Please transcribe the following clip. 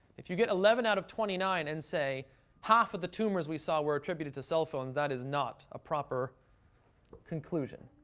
if you get eleven out of twenty nine and say half of the tumors we saw were attributed to cell phones, that is not a proper conclusion.